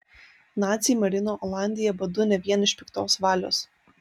naciai marino olandiją badu ne vien iš piktos valios